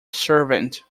servant